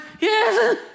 yes